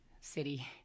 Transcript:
city